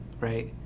right